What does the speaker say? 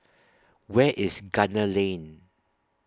Where IS Gunner Lane